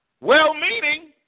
Well-meaning